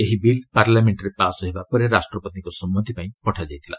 ଏହି ବିଲ୍ ପାର୍ଲାମେଣ୍ଟରେ ପାସ୍ ହେବା ପରେ ରାଷ୍ଟ୍ରପତିଙ୍କ ସମ୍ମତି ପାଇଁ ପଠାଯାଇଥିଲା